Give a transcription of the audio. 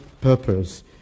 purpose